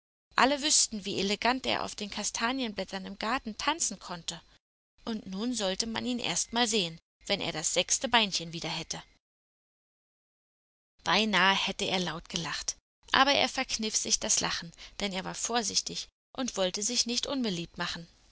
alle wüßten wie elegant er auf den kastanienblättern im garten tanzen konnte und nun sollte man ihn erst mal sehen wenn er das sechste beinchen wieder hätte beinahe hätte er laut gelacht aber er verkniff sich das lachen denn er war vorsichtig und wollte sich nicht unbeliebt machen